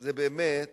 זה באמת